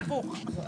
הפוך.